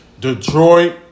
Detroit